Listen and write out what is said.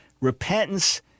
Repentance